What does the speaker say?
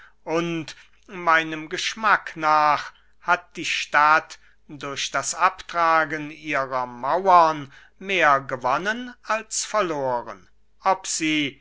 meinem geschmack nach hat die stadt durch das abtragen ihrer mauern mehr gewonnen als verloren ob sie